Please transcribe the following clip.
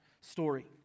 story